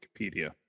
Wikipedia